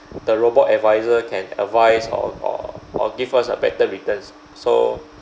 the robot advisor can advise or or or give us a better returns so